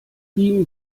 ihm